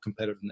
competitiveness